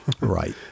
Right